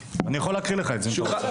אני יכול להקריא לך את זה, אם אתה רוצה.